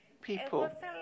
people